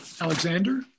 alexander